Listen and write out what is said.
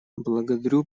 благодарю